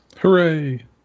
Hooray